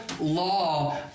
law